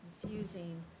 confusing